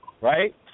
right